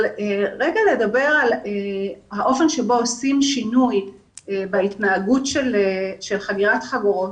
ולדבר על האופן שבו עושים שינוי בהתנהגות של חגירת חגורות.